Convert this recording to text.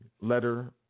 letter